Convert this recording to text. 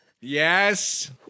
Yes